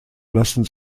lassen